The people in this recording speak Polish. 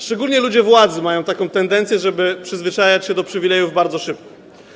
Szczególnie ludzie władzy mają taką tendencję, żeby przyzwyczajać się do przywilejów bardzo szybko.